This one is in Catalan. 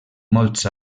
molts